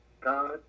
god